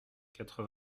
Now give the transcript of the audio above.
quatre